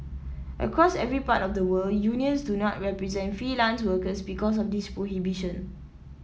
across every part of the world unions do not represent freelance workers because of this prohibition